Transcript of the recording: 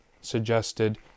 suggested